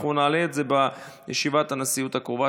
אנחנו נעלה את זה בישיבת הנשיאות הקרובה,